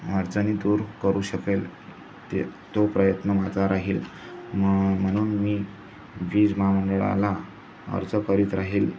अडचणी दूर करू शकेल ते तो प्रयत्न माझा राहील म म्हणून मी वीज महामंडळाला अर्ज करीत राहील